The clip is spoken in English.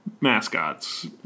mascots